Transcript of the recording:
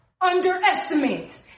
underestimate